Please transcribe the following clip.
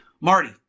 Marty